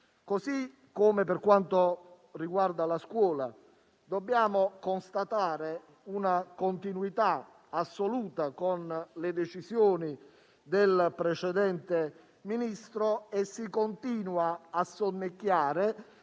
carta. Per quanto riguarda la scuola, dobbiamo constatare una continuità assoluta con le decisioni del precedente Ministro e si continua a sonnecchiare